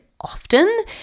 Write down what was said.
often